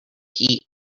heat